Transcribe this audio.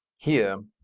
here.